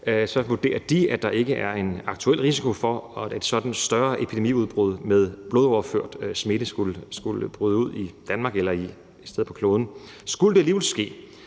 så vurderer de, at der ikke er en aktuel risiko for, at et sådant større epidemiudbrud med blodoverført smitte skulle bryde ud i Danmark eller et andet sted på kloden. Skulle det alligevel ske,